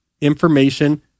information